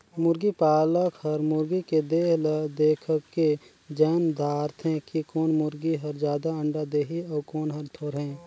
मुरगी पालक हर मुरगी के देह ल देखके जायन दारथे कि कोन मुरगी हर जादा अंडा देहि अउ कोन हर थोरहें